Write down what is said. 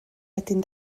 wedyn